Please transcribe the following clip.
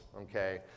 okay